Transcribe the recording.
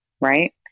right